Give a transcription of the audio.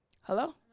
Hello